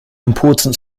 important